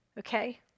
Okay